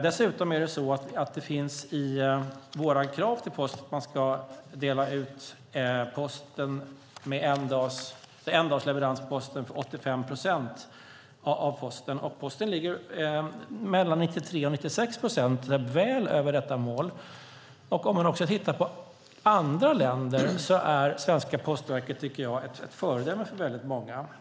Dessutom finns det med i våra krav till Posten att det ska vara en dags leverans för 85 procent av posten. Posten ligger mellan 93 och 96 procent, alltså väl över detta mål. Jämfört med andra länder är svenska Posten, tycker jag, ett föredöme för många.